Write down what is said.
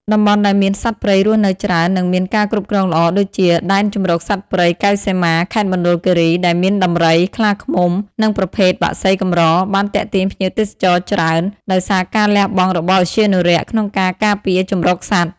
តំបន់ដែលមានសត្វព្រៃរស់នៅច្រើន និងមានការគ្រប់គ្រងល្អ ដូចជា ដែនជម្រកសត្វព្រៃកែវសីមា ខេត្តមណ្ឌលគិរី ដែលមានដំរី ខ្លាឃ្មុំ និងប្រភេទបក្សីកម្រ បានទាក់ទាញភ្ញៀវទេសចរច្រើន ដោយសារការលះបង់របស់ឧទ្យានុរក្សក្នុងការការពារជម្រកសត្វ។